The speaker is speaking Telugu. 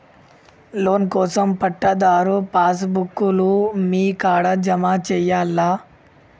లోన్ కోసం పట్టాదారు పాస్ బుక్కు లు మీ కాడా జమ చేయల్నా?